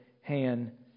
hand